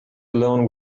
alone